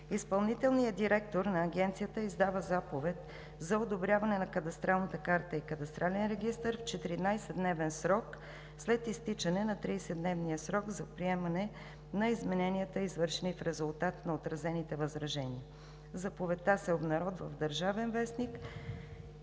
Изпълнителният директор на Агенцията издава заповед за одобряване на кадастралната карта и кадастрален регистър в 14 дневен срок след изтичане на 30-дневния срок за приемане на измененията, извършени в резултат на отразените възражения. Заповедта се обнародва в „Държавен вестник“